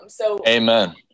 Amen